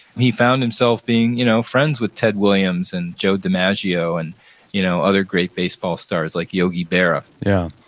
he found himself being you know friends with ted williams and joe dimaggio and you know other great baseball stars like yogi berra yeah.